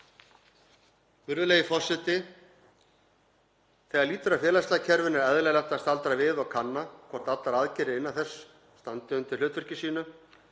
Virðulegi forseti. Þegar lýtur að félagslega kerfinu er eðlilegt að staldra við og kanna hvort allar aðgerðir innan þess standi undir hlutverki sínu.